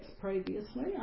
previously